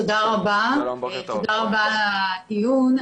תודה רבה על הדיון,